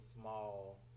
small